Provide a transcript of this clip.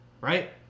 right